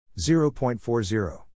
0.40